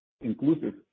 inclusive